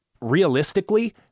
Realistically